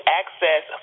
access